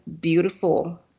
beautiful